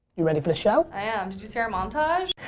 you ready for the show? i am. did you see our montage?